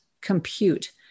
compute